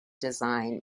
design